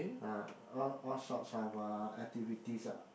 ah all all sort of uh activities ah